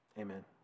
Amen